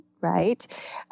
right